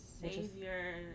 savior